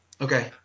Okay